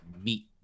meet